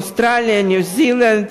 אוסטרליה וניו-זילנד,